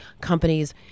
companies